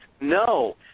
No